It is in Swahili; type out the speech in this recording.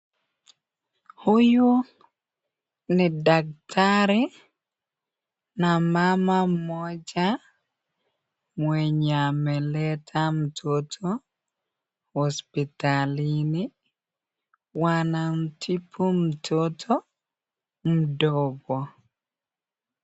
Huyu ni daktari na mama moja mwenye ameleta mtoto hospitalini wanamtibu mtoto mdogo.